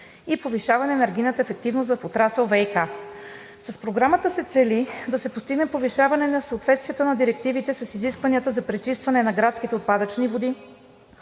и повишаване на енергийната ефективност в отрасъл ВиК. С Програмата се цели да се постигне повишаване на съответствията на директивите с изискванията за пречистване на градските отпадъчни води